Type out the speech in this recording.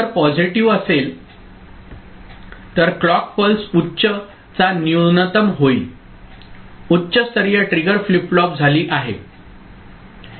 जर पॉझिटिव्ह असेल तर क्लॉक पल्स उच्च चा न्यूनतम होईल उच्च स्तरीय ट्रिगर फ्लिप फ्लॉप झाली आहे ओके